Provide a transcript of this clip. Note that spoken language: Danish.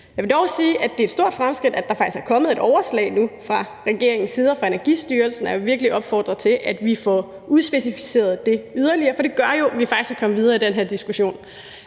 Jeg vil dog sige, at det er et stort fremskridt, at der faktisk nu er kommet et overslag fra regeringens side, fra Energistyrelsen, og jeg vil virkelig opfordre til, at vi får udspecificeret det yderligere, for det gør jo, at vi faktisk kan komme videre i den her diskussion.